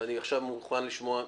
אני מוכן לשמוע נוספים.